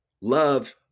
love